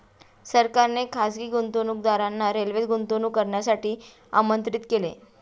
सरकारने खासगी गुंतवणूकदारांना रेल्वेत गुंतवणूक करण्यासाठी आमंत्रित केले